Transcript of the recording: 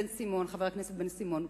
חבר הכנסת בן-סימון,